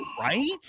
Right